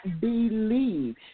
believe